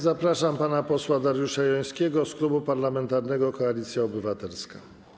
Zapraszam pana posła Dariusza Jońskiego z Klubu Parlamentarnego Koalicja Obywatelska.